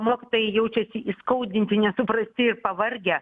mokytojai jaučiasi įskaudinti nesuprasti ir pavargę